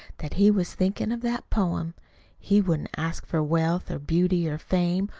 that he was thinkin' of that poem he wouldn't ask for wealth or beauty or fame,